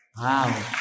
Wow